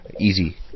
Easy